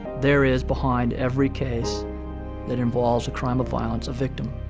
there is, behind every case that involves a crime of violence, a victim,